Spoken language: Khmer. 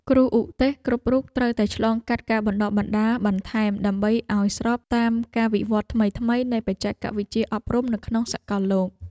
គ្រូឧទ្ទេសគ្រប់រូបត្រូវតែឆ្លងកាត់ការបណ្តុះបណ្តាលបន្ថែមដើម្បីឱ្យស្របតាមការវិវត្តថ្មីៗនៃបច្ចេកវិទ្យាអប់រំនៅក្នុងសកលលោក។